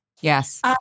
Yes